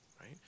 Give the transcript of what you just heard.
right